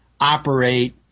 operate